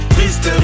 Triste